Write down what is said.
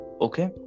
Okay